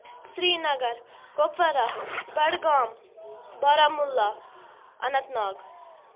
Srinagar Kupwara Budgam Baramulla Anant Nag